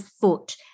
foot